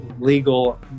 legal